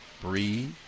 breathe